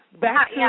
back